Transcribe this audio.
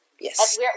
Yes